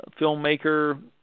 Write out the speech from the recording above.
filmmaker